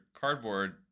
cardboard